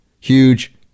Huge